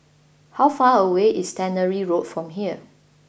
how far away is Tannery Road from here